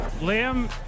Liam